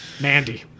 Mandy